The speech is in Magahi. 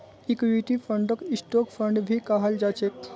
इक्विटी फंडक स्टॉक फंड भी कहाल जा छे